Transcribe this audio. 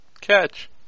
Catch